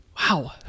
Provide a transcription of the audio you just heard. Wow